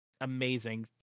amazing